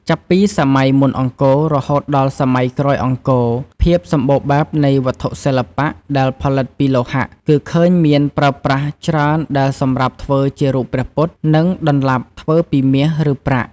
ចាប់ពីសម័យមុនអង្គររហូតដល់សម័យក្រោយអង្គរ ភាពសម្បូរបែបនៃវត្ថុសិល្បៈ ដែលផលិតពីលោហៈ គឺឃើញមានប្រើប្រាស់ច្រើនដែលសម្រាប់ធ្វើជារូបព្រះពុទ្ធ និងដន្លាប់ធ្វើពីមាស ឬប្រាក់។